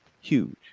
Huge